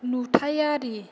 नुथायारि